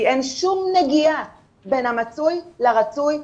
אין שום נגיעה בין המצוי לרצוי,